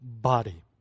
body